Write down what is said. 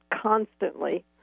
constantly